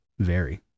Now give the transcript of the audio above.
Vary